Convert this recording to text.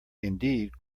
indeed